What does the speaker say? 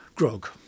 Grog